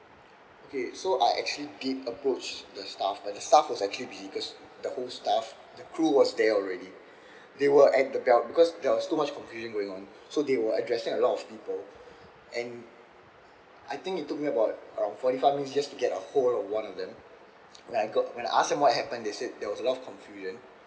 okay so I actually did approach the staff but the staff was actually busy cause the whole staff the crew was there already they were at the belt because there was too much confusing going on so they were addressing a lot of people and I think it took me about uh forty five minutes just to get a hold of one of them when I got when I ask them what happened they said there was a lot of confusion